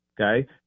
Okay